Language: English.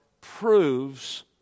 proves